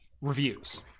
reviews